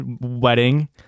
wedding